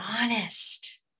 honest